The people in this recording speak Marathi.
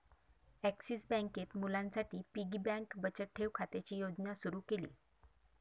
ॲक्सिस बँकेत मुलांसाठी पिगी बँक बचत ठेव खात्याची योजना सुरू केली